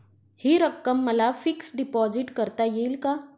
हि रक्कम मला फिक्स डिपॉझिट करता येईल का?